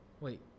Wait